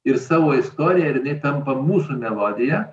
ir savo istoriją ir jinai tampa mūsų melodija